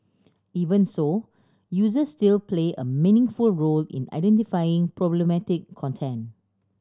even so user still play a meaningful role in identifying problematic content